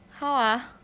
how ah